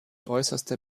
äußerster